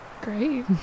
Great